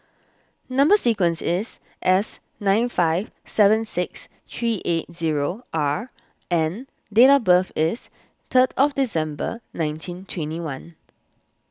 Number Sequence is S nine five seven six three eight zero R and date of birth is three December nineteen twenty one